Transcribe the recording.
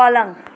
पलङ